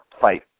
fight